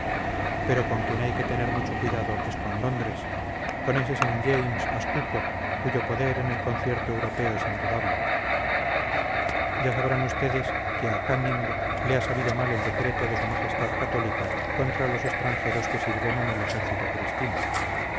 pero con quien hay que tener mucho cuidado es con londres con ese saint james astuto cuyo poder en el concierto europeo es indudable ya sabrán ustedes que a canning le ha sabido mal el decreto de su majestad católica contra los extranjeros que sirven en el ejército cristino